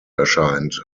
erscheint